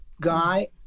guy